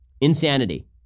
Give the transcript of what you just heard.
Insanity